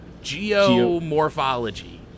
geomorphology